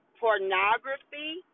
pornography